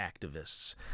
activists